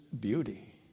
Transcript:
beauty